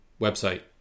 website